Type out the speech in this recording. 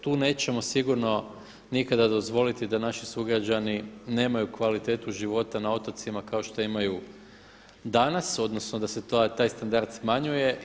Tu nećemo sigurno dozvoliti da naši sugrađani nemaju kvalitetu života na otocima kao što imaju danas, odnosno da se taj standard smanjuje.